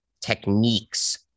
Techniques